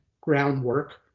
groundwork